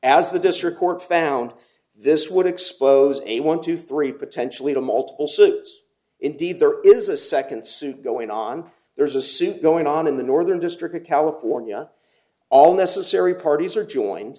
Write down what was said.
as the district court found this would expose a one to three potentially to multiple suits indeed there is a second suit going on there's a suit going on in the northern district of california all necessary parties are joined